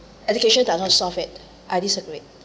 education does not solve it I disagree